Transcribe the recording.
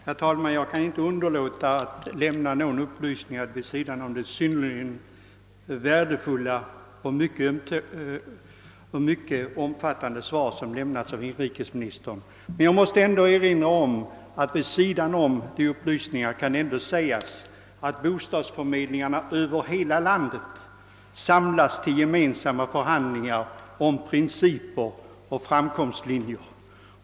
Herr talman! Jag kan inte underlåta att lämna några upplysningar i anslutning till det synnerligen värdefulla och mycket omfattande svar som lämnats av inrikesministern. Jag vill nämligen erinra om att bostadsförmedlingarna över hela landet samlas till gemensamma förhandlingar om principer och framkomstlinjer.